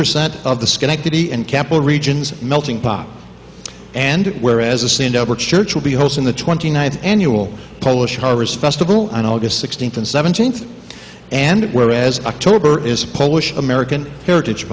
percent of the schenectady and capital regions melting pot and where as a sin church will be hosting the twenty ninth annual polish harvest festival on aug sixteenth and seventeenth and whereas october is a polish american heritage